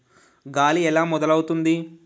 గాలి ఎలా మొదలవుతుంది?